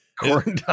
Corn